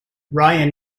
ryan